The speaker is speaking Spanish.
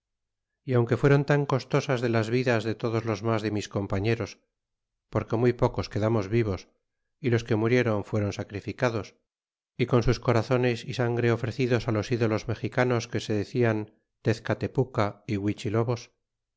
y aunque fuéron tan costosas de las vidas de todos los mas de mis compañeros porque muy pocos quedamos vivos y los que muriéron fuéron sacrificados y con sus corazones y sangre ofrecidos los ídolos mexicanos que se decían tezcatepuca